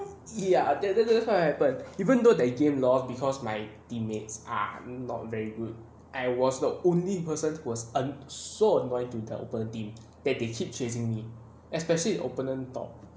ya that's that's what happened even though that game lost because my teammates are not very good I was the only person who was so annoying to the open team that they keep chasing me especially opponent top